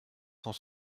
cent